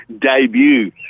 debut